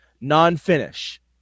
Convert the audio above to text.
non-finish